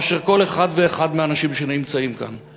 מאשר כל אחד ואחד מהאנשים שנמצאים כאן.